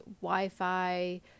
Wi-Fi